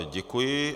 Děkuji.